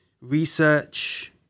research